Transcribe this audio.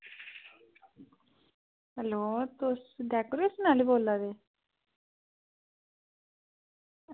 hello तुस decoration आह्ले बोल्ला दे